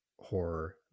horror